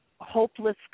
hopeless